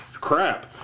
crap